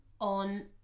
on